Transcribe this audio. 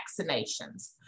vaccinations